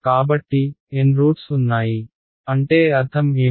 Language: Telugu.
కాబట్టి N రూట్స్ ఉన్నాయి అంటే అర్థం ఏమిటి